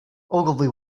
ogilvy